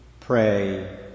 Pray